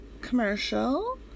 commercial